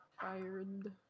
fired